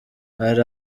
hari